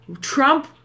Trump